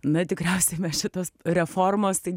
na tikriausiai šitos reformos tai